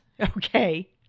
Okay